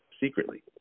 secretly